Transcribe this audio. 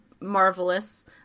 marvelous